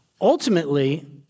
Ultimately